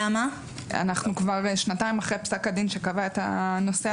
אנחנו כבר שנתיים אחרי פסק הדין שקבע את הנושא הזה.